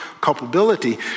culpability